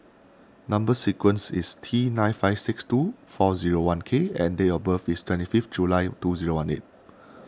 Number Sequence is T nine five six two four zero one K and date of birth is twenty fifth July two zero one eight